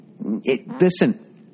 Listen